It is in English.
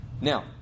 Now